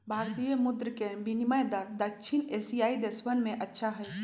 भारतीय मुद्र के विनियम दर दक्षिण एशियाई देशवन में अच्छा हई